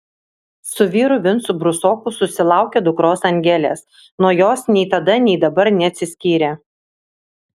su vyru vincu brusoku susilaukė dukros angelės nuo jos nei tada nei dabar neatsiskyrė